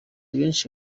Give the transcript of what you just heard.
benshi